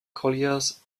colliers